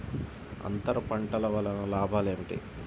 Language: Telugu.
అంతర పంటల వలన లాభాలు ఏమిటి?